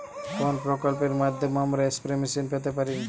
কোন প্রকল্পের মাধ্যমে আমরা স্প্রে মেশিন পেতে পারি?